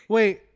Wait